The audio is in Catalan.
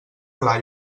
clar